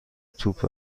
توپ